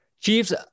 Chiefs